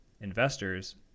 investors